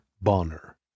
Bonner